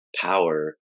power